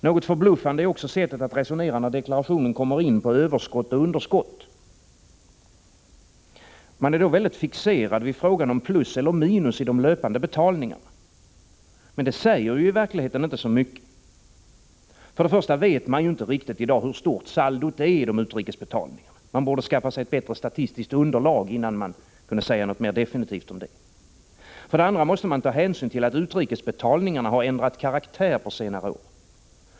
Något förbluffande är också sättet att resonera när man i deklarationen kommer in på överskott och underskott. Man är då fixerad vid frågan om plus eller minus i de löpande betalningarna. Men det säger i verkligheten inte så mycket. För det första vet man inte riktigt hur stort saldot i de utrikes betalningarna är. Man borde skaffa sig ett bättre statistiskt underlag, innan man säger något mer definitivt om det. För det andra måste man ta hänsyn till att utrikesbetalningarna har ändrat karaktär på senare år.